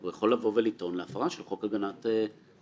הוא יכול לבוא ולטעון להפרה של חוק הגנת הפרטיות.